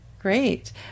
Great